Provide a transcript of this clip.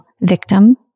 victim